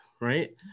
Right